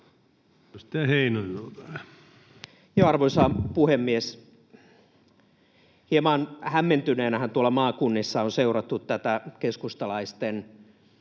Arvoisa puhemies! Hieman hämmentyneenähän tuolla maakunnissa on seurattu keskustalaisten